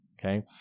okay